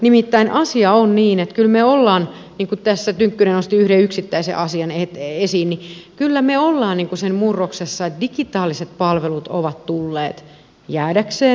nimittäin asia on niin että kyllä me olemme niin kuin tässä tynkkynen nosti yhden yksittäisen asian esiin siinä murroksessa että digitaaliset palvelut ovat tulleet jäädäkseen